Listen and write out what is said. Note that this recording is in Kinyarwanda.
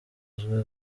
uzwi